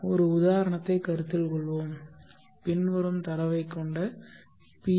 ஒரு உதாரணத்தைக் கருத்தில் கொள்வோம் பின்வரும் தரவைக் கொண்ட பி